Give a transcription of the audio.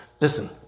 Listen